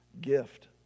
gift